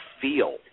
feel